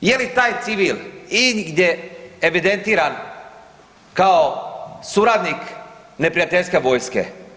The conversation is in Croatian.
Je li taj civil igdje evidentiran kao suradnik neprijateljske vojske.